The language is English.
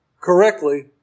correctly